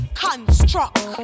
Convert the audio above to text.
construct